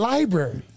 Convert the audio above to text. Library